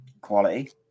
Quality